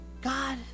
God